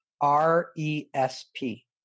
R-E-S-P